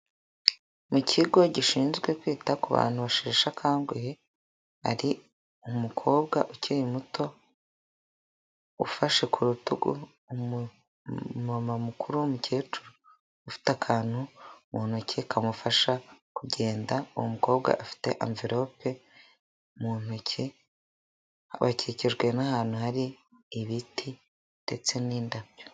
Mu kigo gishinzwe kwita ku bantu basheshe akanguhe, har’umukobwa ukiri muto ufashe ku rutugu umu mama mukuru w'umukecuru ufite akantu mu ntoki kamufasha kugenda. Uwo mukobwa afite envelope mu ntoki, bakikijwe n'ahantu hari ibiti ndetse n'indabyo.